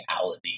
reality